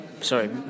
Sorry